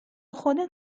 خودت